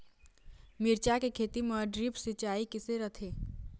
मिरचा के खेती म ड्रिप सिचाई किसे रथे?